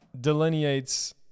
delineates